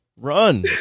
Run